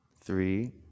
three